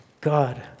God